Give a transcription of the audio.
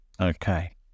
okay